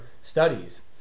studies